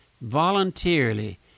voluntarily